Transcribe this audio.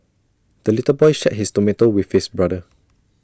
the little boy shared his tomato with his brother